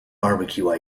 barbecue